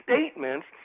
statements